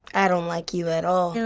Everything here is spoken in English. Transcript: i don't like you at all.